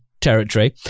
territory